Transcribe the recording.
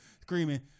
screaming